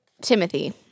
Timothy